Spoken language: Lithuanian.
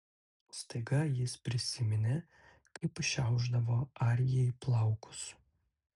staiga jis prisiminė kaip šiaušdavo arijai plaukus